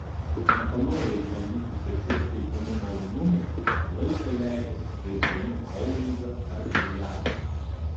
nepanorę išbandyti pirties teikiamų malonumų laiką leido žaisdami boulingą ar biliardą